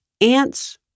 Ants